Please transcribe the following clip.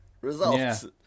Results